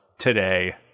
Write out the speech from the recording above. today